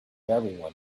everyone